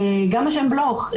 גם השם בלוך,